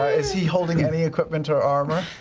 ah is he holding any equipment or um ah